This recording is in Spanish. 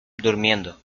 durmiendo